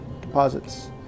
deposits